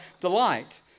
delight